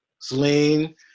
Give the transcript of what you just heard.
Celine